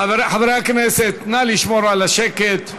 חברי הכנסת, נא לשמור על השקט.